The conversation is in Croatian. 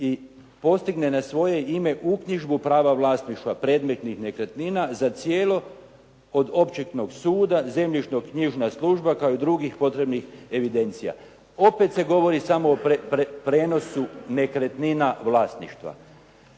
i postigne na svoje ime uknjižbu prava vlasništva predmetnih nekretnina za cijelo od Općinskog suda, zemljišno-knjižna služba kao i drugih potrebnih evidencija." Opet se govori samo o prijenosu nekretnina vlasništva.